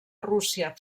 rússia